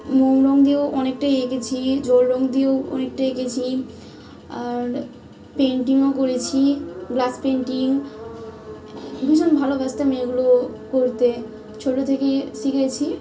মোম রঙ দিয়েও অনেকটাই এঁকেছি জল রঙ দিয়েও অনেকটাই এঁকেছি আর পেন্টিংও করেছি গ্লাস পেন্টিং ভীষণ ভালোবাসতামই এগুলো করতে ছোটো থেকেই শিখেছি